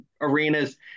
arenas